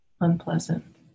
unpleasant